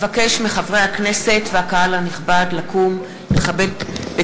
אבקש מחברי הכנסת והקהל הנכבד לכבד בקימה